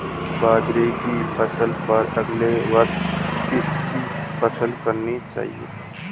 बाजरे की फसल पर अगले वर्ष किसकी फसल करनी चाहिए?